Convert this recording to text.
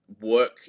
work